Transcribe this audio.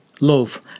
love